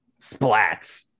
splats